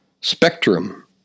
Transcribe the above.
spectrum